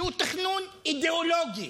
שהוא תכנון אידיאולוגי.